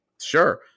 sure